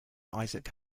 isaac